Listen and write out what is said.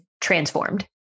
transformed